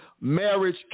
marriage